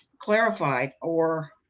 clarified, or